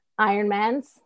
Ironmans